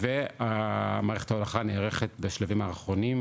מערכת ההולכה נערכת בשלבים האחרונים,